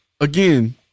again